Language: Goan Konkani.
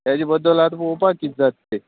तेजे बद्दल आतां पोवपाक किद जात् तें